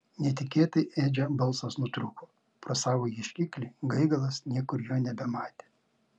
netikėtai edžio balsas nutrūko pro savo ieškiklį gaigalas niekur jo nebematė